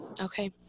okay